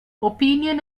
opinion